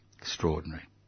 Extraordinary